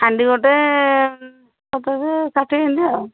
ହାଣ୍ଡି ଗୋଟେ ପଚାଶ ଷାଠିଏ ଏମିତି ଆଉ